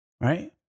Right